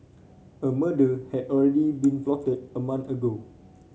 a murder had already been plotted a month ago